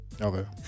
Okay